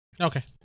Okay